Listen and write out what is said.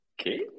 Okay